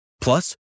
Plus